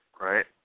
Right